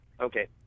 Okay